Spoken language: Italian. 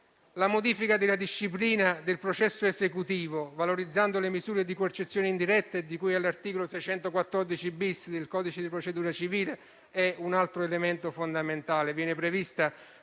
La modifica della disciplina del processo esecutivo, valorizzando le misure di coercizione indiretta e di cui all'articolo 614-*bis* del codice di procedura civile, è un altro elemento fondamentale.